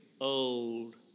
old